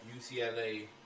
UCLA